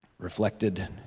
Reflected